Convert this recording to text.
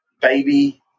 baby